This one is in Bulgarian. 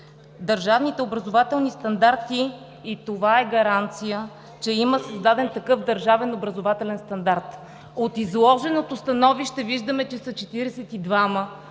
Държавните образователни стандарти – това е гаранция, че има създаден такъв държавен образователен стандарт. От изложеното становище виждаме, че са 42,